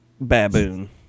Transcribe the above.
baboon